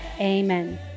amen